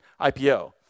IPO